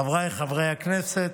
חבריי חברי הכנסת,